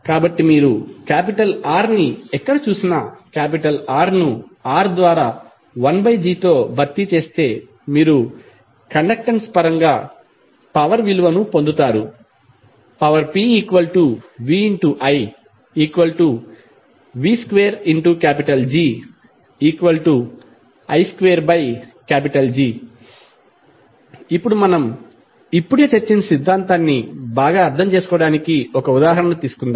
కాబట్టి మీరు R ని ఎక్కడ చూసినా R ను R ద్వారా 1G తో భర్తీ చేస్తే మీరు కండక్టెన్స్ పరంగా పవర్ విలువను పొందుతారు pviv2Gi2G ఇప్పుడు మనం ఇప్పుడే చర్చించిన సిద్ధాంతాన్ని బాగా అర్థం చేసుకోవడానికి ఒక ఉదాహరణ తీసుకుందాం